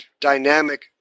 dynamic